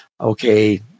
okay